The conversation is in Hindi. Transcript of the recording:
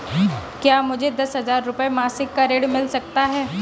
क्या मुझे दस हजार रुपये मासिक का ऋण मिल सकता है?